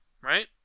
right